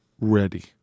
ready